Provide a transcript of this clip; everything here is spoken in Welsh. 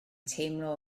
teimlo